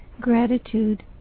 gratitude